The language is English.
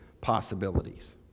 possibilities